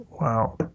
Wow